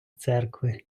церкви